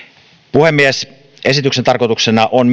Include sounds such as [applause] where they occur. puhemies esityksen tarkoituksena on [unintelligible]